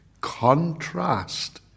contrast